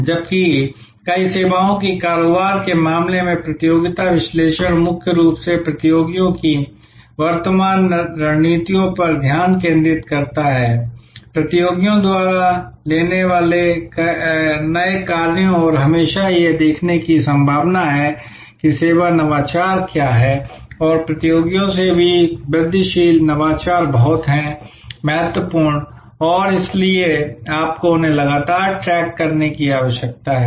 जबकि कई सेवाओं के कारोबार के मामले में प्रतियोगिता विश्लेषण मुख्य रूप से प्रतियोगियों की वर्तमान रणनीतियों पर ध्यान केंद्रित करता है प्रतियोगियों द्वारा लेने वाले नए कार्यों और हमेशा यह देखने की संभावना है कि सेवा नवाचार क्या हैं और प्रतियोगियों से भी वृद्धिशील नवाचार बहुत हैं महत्वपूर्ण और इसलिए आपको उन्हें लगातार ट्रैक करने की आवश्यकता है